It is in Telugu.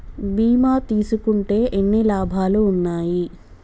బీమా తీసుకుంటే ఎన్ని లాభాలు ఉన్నాయి?